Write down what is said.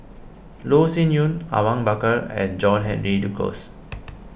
Loh Sin Yun Awang Bakar and John Henry Duclos